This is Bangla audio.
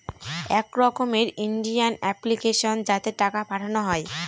এক রকমের ইন্ডিয়ান অ্যাপ্লিকেশন যাতে টাকা পাঠানো হয়